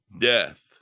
death